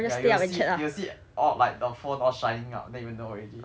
ya you'll see you'll see all like the phone all shining up then you'll know already